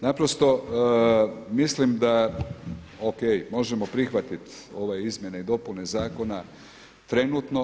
Naprosto mislim da o.k. možemo prihvatit ove izmjene i dopune zakona trenutno.